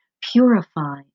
Purify